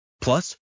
Plus